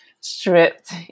stripped